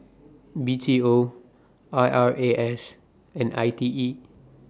B T O I R A S and I T E